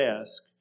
ask